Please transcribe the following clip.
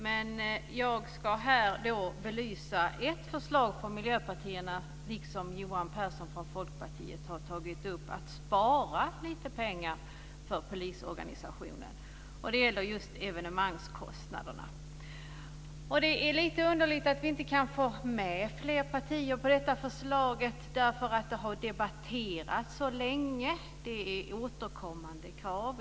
Men jag ska här belysa ett förslag från Miljöpartiet, som även Johan Pehrson från Folkpartiet har tagit upp, om att spara lite pengar för polisorganisationen. Det gäller evenemangskostnaderna. Det är lite underligt att vi inte kan få med fler partier på detta förslag. Det har ju debatterats så länge, och det är återkommande krav.